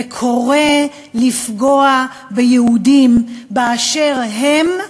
וקורא לפגוע ביהודים באשר הם,